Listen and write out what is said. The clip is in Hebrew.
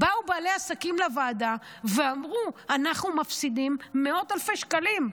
באו בעלי העסקים לוועדה ואמרו: אנחנו מפסידים מאות אלפי שקלים,